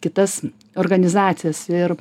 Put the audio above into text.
kitas organizacijas ir